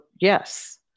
yes